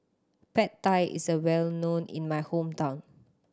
Pad Thai is a well known in my hometown